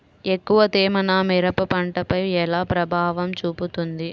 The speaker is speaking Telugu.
ఎక్కువ తేమ నా మిరప పంటపై ఎలా ప్రభావం చూపుతుంది?